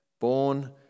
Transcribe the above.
born